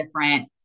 different